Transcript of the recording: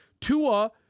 Tua